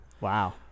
Wow